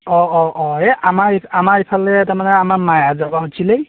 অঁ অঁ অঁ এই আমাৰ আমাৰ এইফালে তাৰমানে আমাৰ মাইহঁত যাবা খুজিছিলে